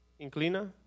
Inclina